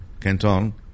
Canton